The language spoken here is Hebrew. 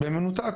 במנותק,